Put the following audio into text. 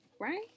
Right